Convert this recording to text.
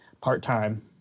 part-time